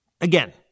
again